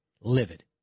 livid